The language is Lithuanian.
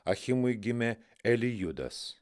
achimui gimė elijudas